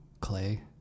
clay